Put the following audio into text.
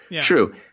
true